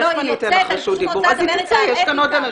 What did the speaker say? לא, היא יוצאת, אני פשוט רוצה לדבר איתה על אתיקה.